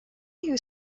you